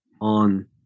on